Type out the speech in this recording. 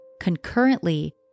concurrently